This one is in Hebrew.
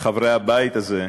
חברי הבית הזה,